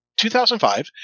2005